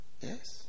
Yes